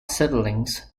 siblings